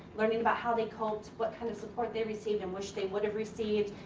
learning about how they coped. what kind of support they received and wish they would've received.